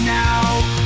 now